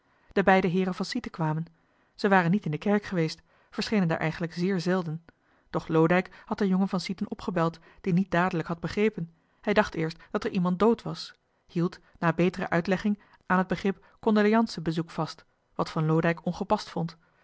de beide heeren van sieten kwamen zij waren niet in de kerk geweest verschenen daar eigenlijk zeer zelden doch loodijck had den jongen van sieten opgebeld die niet dadelijk had begrepen hij dacht eerst dat er iemand dood was hield na betere uitlegging aan het be grip condoleantie bezoek vast wat van loodijck ongepast vond